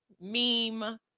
meme